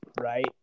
right